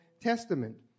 Testament